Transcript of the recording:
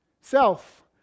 Self